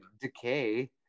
decay